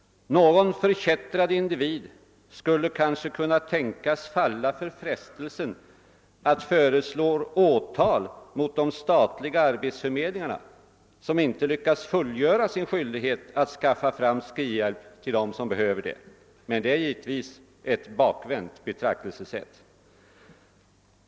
Någon förkättrad individ skulle kanske kunna tänkas falla för frestelsen att föresiå åtal mot de statliga arbetsförmedlingarna, som inte lyckas fullgöra sin skyldighet att skaffa fram skrivhjälp till dem som behöver sådan, men det är givetvis ett bakvänt betraktelsesätt.